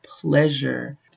pleasure